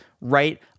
right